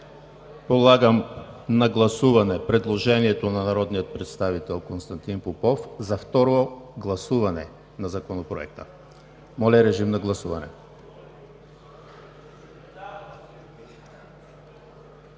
Подлагам на гласуване предложението на народния представител Константин Попов за второ гласуване на Законопроекта. Гласували